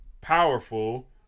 powerful